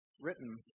written